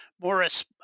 Morris